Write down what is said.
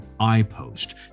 iPost